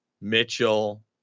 Mitchell